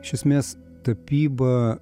iš esmės tapyba